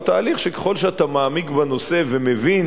הוא תהליך שבו ככל שאתה מעמיק בנושא ומבין